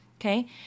Okay